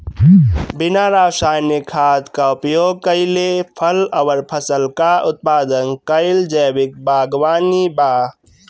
बिना रासायनिक खाद क उपयोग कइले फल अउर फसल क उत्पादन कइल जैविक बागवानी बा